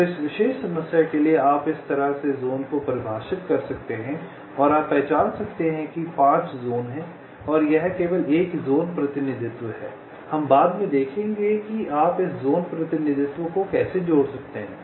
तो इस विशेष समस्या के लिए आप इस तरह से ज़ोन को परिभाषित कर सकते हैं और आप पहचान सकते हैं कि 5 ज़ोन हैं और यह केवल एक ज़ोन प्रतिनिधित्व है हम बाद में देखेंगे कि आप इस ज़ोन प्रतिनिधित्व को कैसे जोड़ सकते हैं